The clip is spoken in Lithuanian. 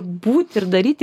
būt ir daryt